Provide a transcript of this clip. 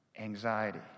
anxiety